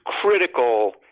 critical